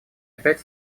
опять